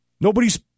Nobody's